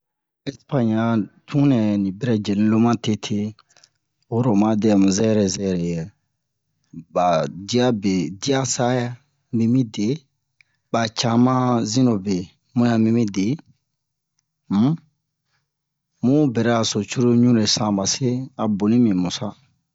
Ɛspaɲe ɲa a tunɛ ni bɛrɛ jenu lo ma tete oyi ro oma dɛmu zɛrɛ zɛrɛ yɛ ba dia be dia sayɛ mi mide ba cama zinobe mu yan mi mide um mu bera so cururu ɲure san ba se a boni mi mu sa